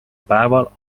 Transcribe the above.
päeval